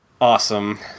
Awesome